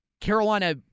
Carolina